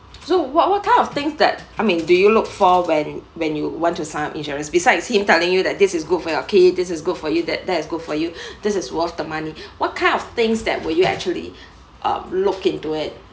so what what kind of things that I mean do you look for when when you want to sign insurance besides him telling you that this is good for your kids this is good for you that that is good for you this is worth the money what kind of things that were you actually um look into it